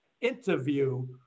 interview